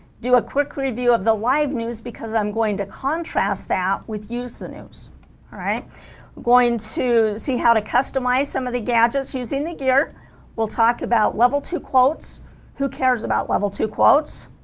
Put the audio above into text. do a quick review of the live news because i'm going to contrast that with use the news alright i'm going to see how to customize some of the gadgets using the gear we'll talk about level two quotes who cares about level two quotes